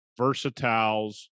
Versatiles